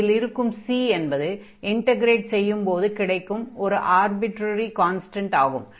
இதில் இருக்கும் c என்பது இன்டக்ரேட் செய்யும்போது கிடைக்கும் ஒரு ஆர்பிட்ரரி கான்ஸ்டன்ட் ஆகும்